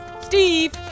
Steve